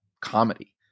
comedy